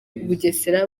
bugesera